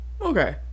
Okay